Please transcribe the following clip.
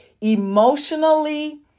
emotionally